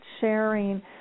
sharing